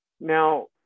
Now